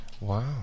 Wow